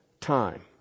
time